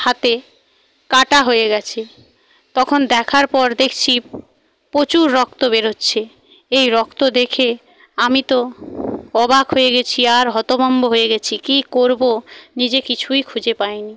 হাতে কাটা হয়ে গেছে তখন দেখার পর দেখছি প্রচুর রক্ত বেরোচ্ছে এই রক্ত দেখে আমি তো অবাক হয়ে গেছি আর হতবম্ব হয়ে গেছি কী করব নিজে কিছুই খুঁজে পাই নি